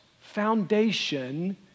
foundation